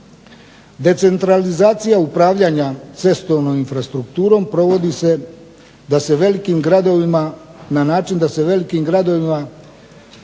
Decentralizacija upravljanja cestovnom infrastrukturom provodi se na način da se velikim gradovima i